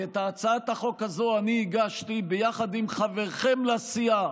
כי את הצעת החוק הזו אני הגשתי ביחד עם חברכם לסיעה,